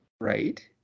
Right